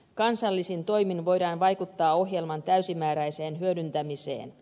kansallisin toimin voidaan vaikuttaa ohjelman täysimääräiseen hyödyntämiseen